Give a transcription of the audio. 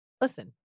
Listen